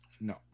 No